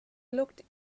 looked